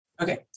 Okay